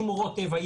שמורות טבע,